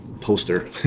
poster